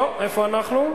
--- איפה אנחנו?